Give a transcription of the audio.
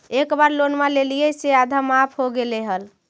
एक बार लोनवा लेलियै से आधा माफ हो गेले हल?